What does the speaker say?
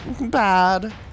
bad